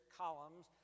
columns